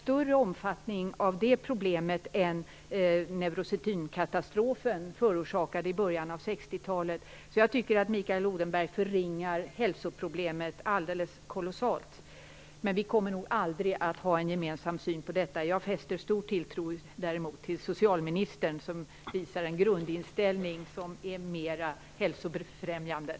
Det problemet är av större omfattning än neurosedynkatastrofen i början av 60 Jag tycker att Mikael Odenberg förringar hälsoproblemet alldeles kolossalt. Men vi kommer nog aldrig att ha en gemensam syn på detta. Jag fäster däremot stor tilltro till socialministern, som visar en grundinställning som är mer hälsobefrämjande.